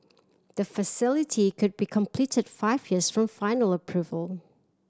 the facility could be completed five years from final approval